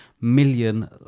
million